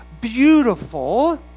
beautiful